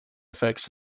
effects